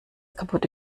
kaputte